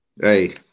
Hey